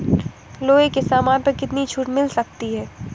लोहे के सामान पर कितनी छूट मिल सकती है